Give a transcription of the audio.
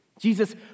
Jesus